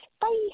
Bye